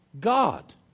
God